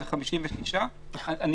אם